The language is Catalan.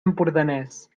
empordanès